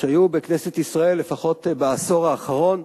שהיו בכנסת ישראל, לפחות בעשור האחרון,